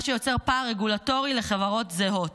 מה שיוצר פער רגולטורי לחברות זהות.